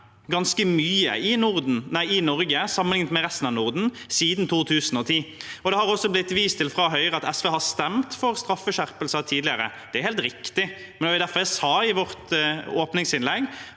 ganske mye i Norge sammenlignet med resten av Norden. Det har også fra Høyre blitt vist til at SV har stemt for straffeskjerpelser tidligere. Det er helt riktig, det var derfor jeg sa i vårt åpningsinnlegg